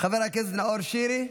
חבר הכנסת נאור שירי,